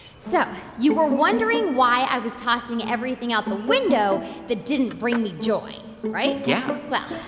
so you were wondering why i was tossing everything out the window that didn't bring me joy, right? yeah well,